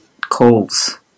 calls